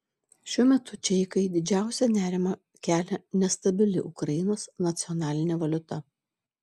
šiuo metu čeikai didžiausią nerimą kelia nestabili ukrainos nacionalinė valiuta